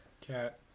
Cat